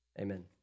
Amen